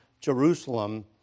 Jerusalem